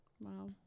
Wow